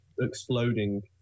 exploding